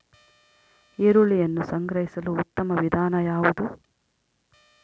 ಈರುಳ್ಳಿಯನ್ನು ಸಂಗ್ರಹಿಸಲು ಉತ್ತಮ ವಿಧಾನ ಯಾವುದು?